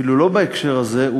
אפילו לא בהקשר הזה,